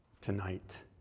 tonight